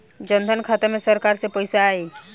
जनधन खाता मे सरकार से पैसा आई?